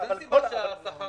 אין מה לדבר בכלל.